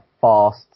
Fast